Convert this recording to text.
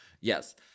Yes